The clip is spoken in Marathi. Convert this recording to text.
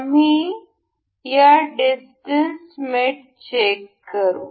आम्ही या डिस्टेंस मेट चेक करू